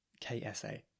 KSA